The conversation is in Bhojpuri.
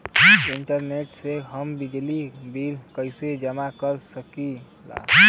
इंटरनेट से हम बिजली बिल कइसे जमा कर सकी ला?